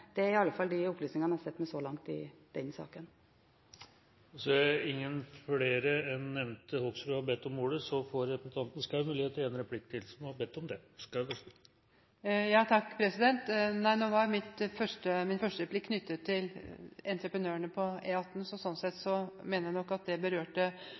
det er i alle fall de opplysningene jeg sitter med så langt i denne saken. Nå var min første replikk knyttet til entreprenørene på E18, så sånn sett mener jeg nok at det absolutt berørte